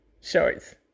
shorts